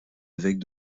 évêques